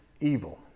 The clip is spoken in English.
evil